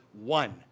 one